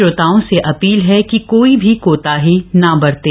श्रोताओं से अपील है कि कोई भी कोताही न बरतें